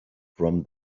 from